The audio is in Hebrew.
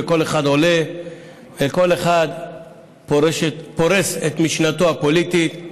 שכל אחד עולה ופורס את משנתו הפוליטי.